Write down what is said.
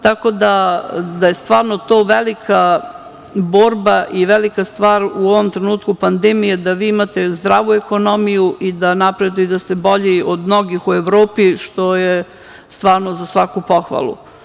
Tako da je stvarno to velika borba i velika stvar u ovom trenutku pandemije da vi imate zdravu ekonomiju i da napredujete i da ste bolji od mnogih u Evropi, što je stvarno za svaku pohvalu.